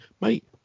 mate